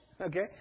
Okay